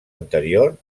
anterior